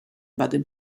baden